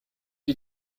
die